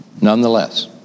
Nonetheless